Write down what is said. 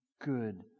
good